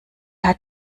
hat